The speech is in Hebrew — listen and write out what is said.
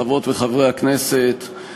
חברות וחברי הכנסת,